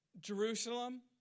Jerusalem